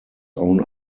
own